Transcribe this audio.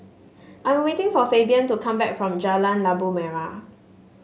I am waiting for Fabian to come back from Jalan Labu Merah